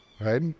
right